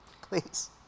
Please